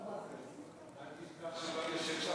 גברתי היושבת-ראש, אני מאחל לך הצלחה.